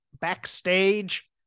backstage